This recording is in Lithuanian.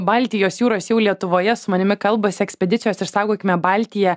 baltijos jūros jau lietuvoje su manimi kalbasi ekspedicijos išsaugokime baltiją